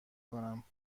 کنم